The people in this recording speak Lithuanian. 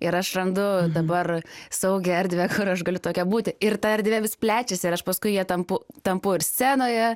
ir aš randu dabar saugią erdvę kur aš galiu tokia būti ir ta erdvė vis plečiasi ir aš paskui ja tampu tampu ir scenoje